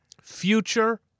future